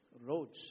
roads